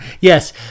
Yes